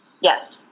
yes